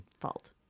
fault